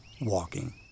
WALKING